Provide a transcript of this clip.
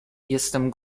jestem